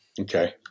okay